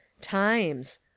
times